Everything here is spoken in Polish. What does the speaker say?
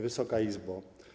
Wysoka Izbo!